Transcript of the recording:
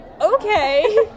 Okay